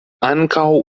ankaŭ